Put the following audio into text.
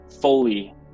fully